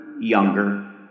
younger